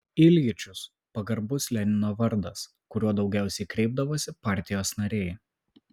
iljičius pagarbus lenino vardas kuriuo daugiausiai kreipdavosi partijos nariai